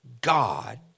God